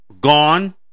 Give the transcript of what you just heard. gone